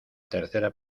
tercera